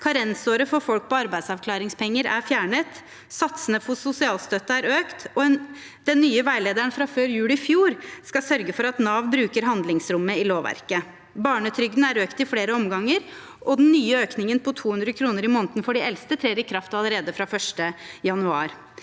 karensåret for folk på arbeidsavklaringspenger er fjernet, satsene for sosialstøtte er økt, og den nye veilederen fra før jul i fjor skal sørge for at Nav bruker handlingsrommet i lovverket. Barnetrygden er økt i flere omganger, og den nye økningen på 200 kr i måneden for de eldste trer i kraft allerede fra 1. januar.